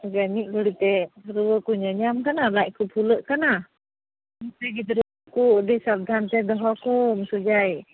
ᱛᱚᱵᱮ ᱢᱤᱫ ᱜᱷᱟᱹᱲᱤᱡ ᱛᱮ ᱨᱩᱣᱟᱹ ᱠᱚ ᱧᱟᱧᱟᱢ ᱠᱟᱱᱟ ᱞᱟᱡ ᱠᱚ ᱯᱷᱩᱞᱟᱹᱜ ᱠᱟᱱᱟ ᱱᱩᱠᱩ ᱜᱤᱫᱽᱨᱟᱹ ᱠᱚ ᱟᱹᱰᱤ ᱥᱟᱵᱽᱫᱷᱟᱱᱛᱮ ᱫᱚᱦᱚ ᱠᱚᱢ ᱥᱚᱡᱟᱭ